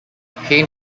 paine